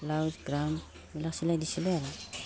blouse gown এইবিলাক চলাই দিছিলোঁ আৰু